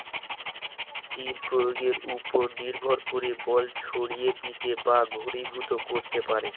তীর প্রয়োগের উপর নির্ভর করে বল ছড়িয়ে দিতে বা ঘনীভূত করতে পারে